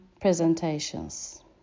presentations